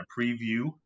preview